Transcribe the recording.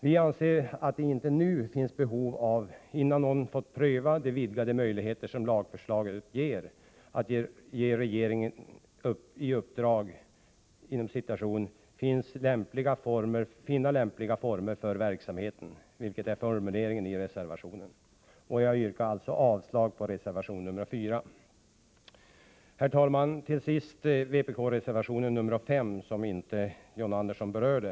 Vi anser att det inte nu, innan någon fått pröva de vidgade möjligheter som lagförslaget ger, finns något behov av att ge regeringen i uppdrag att ”finna lämpliga former för verksamheten”, vilket är formuleringen i reservationen. Jag yrkar alltså avslag på reservation nr 4. Herr talman! Till sist vpk-reservation nr 35, som John Andersson inte berörde.